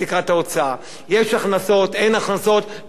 יש הכנסות, אין הכנסות, תקרת ההוצאה עולה.